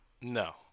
No